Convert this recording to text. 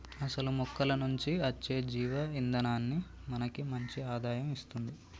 అసలు మొక్కల నుంచి అచ్చే జీవ ఇందనాన్ని మనకి మంచి ఆదాయం ఇస్తుంది